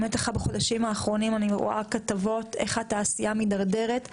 בחודשים האחרונים אני רואה כתבות איך התעשייה מתדרדרת.